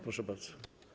Proszę bardzo.